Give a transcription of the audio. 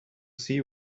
see